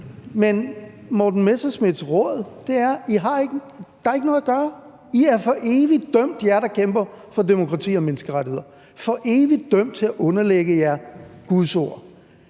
Men Morten Messerschmidts råd er, at der ikke er noget at gøre: I er for evigt dømt, jer, der kæmper for demokrati og menneskerettigheder; for evigt dømt til at underlægge jer Guds ord.